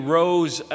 rose